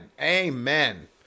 Amen